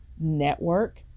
network